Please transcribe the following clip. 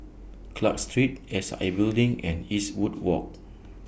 Clarke Street S I Building and Eastwood Walk